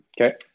Okay